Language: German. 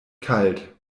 kalt